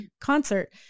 concert